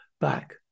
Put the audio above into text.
back